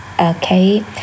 Okay